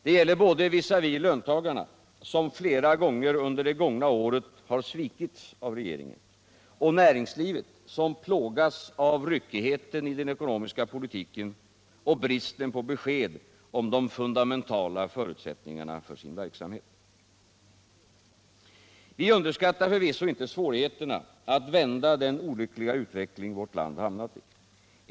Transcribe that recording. Det gäller både visavi löntagarna, som flera gånger under det förflutna året svikits av regeringen, och näringslivet, som plågats av ryckigheten i den ekonomiska politiken och bristen på besked om de fundamentala förutsättningarna för sin verksamhet. Vi underskattar förvisso inte svårigheterna att vända den olyckliga utveckling som vårt land hamnat i.